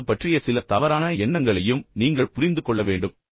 கவனிப்பது பற்றிய சில தவறான எண்ணங்களையும் நீங்கள் புரிந்து கொள்ள வேண்டும்